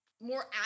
More